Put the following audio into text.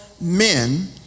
men